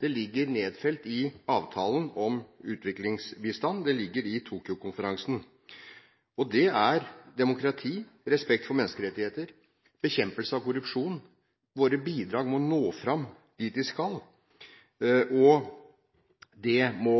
De ligger nedfelt i avtalen om utviklingsbistand. De ligger i Tokyo-konferansen. Det er demokrati, respekt for menneskerettigheter, bekjempelse av korrupsjon – at våre bidrag må nå fram dit de skal – og det må